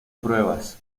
pruebas